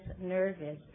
nervous